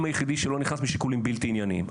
היחיד שלא נכנס משיקולים בלתי ענייניים.